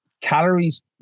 calories